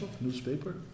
newspaper